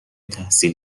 تحصیل